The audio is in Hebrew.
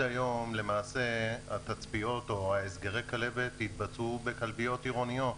שעד היום התצפיות וההסגרים התבצעו בכלביות עירוניות,